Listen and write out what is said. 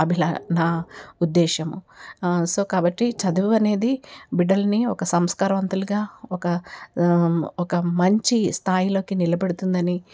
అభిలాష నా ఉద్దేశము సో కాబట్టి చదువు అనేది బిడ్డలని ఒక సంస్కార వంతులుగా ఒక మంచి స్థాయిలోకి నిలబెడుతుందని